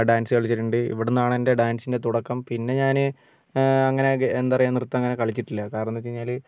dance കളിച്ചിട്ടുണ്ട് ഇവിടുന്നാണെൻ്റെ ഡാൻസിന്റെ തുടക്കം പിന്നെ ഞാൻ അങ്ങനെ എന്താണ് പറയുക നൃത്തം അങ്ങനെ കളിച്ചിട്ടില്ല കാരണം എന്താണെന്ന് വെച്ചുകഴിഞ്ഞാൽ